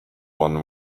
one